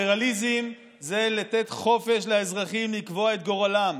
ליברליזם זה לתת חופש לאזרחים לקבוע את גורלם,